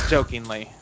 Jokingly